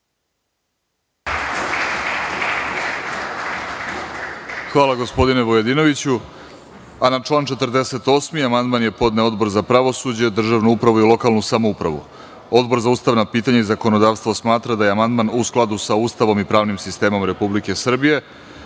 Hvala, gospodine Vujadinoviću. Na član 48. amandman je podneo Odbor za pravosuđe, državnu upravu i lokalnu samoupravu. Odbor za ustavna pitanja i zakonodavstvo smatra da je amandman u skladu sa Ustavom i pravnim sistemom Republike Srbije. Reč